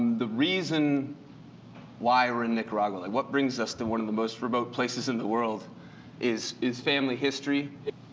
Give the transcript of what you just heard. the reason why we're in nicaragua, and like what brings us to one of the most remote places in the world is is family history.